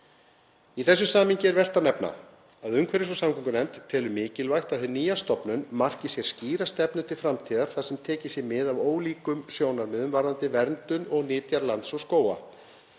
Í þessu samhengi er vert að nefna að umhverfis- og samgöngunefnd telur mikilvægt að hin nýja stofnun marki sér skýra stefnu til framtíðar þar sem tekið sé mið af ólíkum sjónarmiðum varðandi verndun og nytjar lands og skóga.